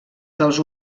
dels